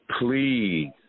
please